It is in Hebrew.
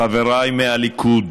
חבריי מהליכוד,